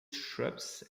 shrubs